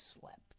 slept